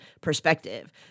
perspective